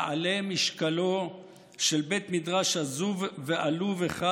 יעלה משקלו של בית מדרש עזוב ועלוב אחד